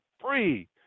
free